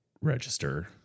register